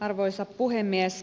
arvoisa puhemies